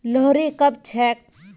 लोहड़ी कब छेक